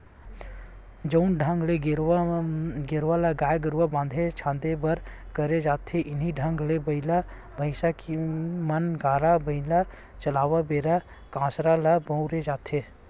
जउन ढंग ले गेरवा ल गाय गरु बांधे झांदे बर करे जाथे इहीं ढंग ले बइला भइसा के म गाड़ा बइला चलावत बेरा कांसरा ल बउरे जाथे